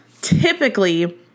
typically